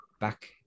back